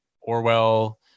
orwell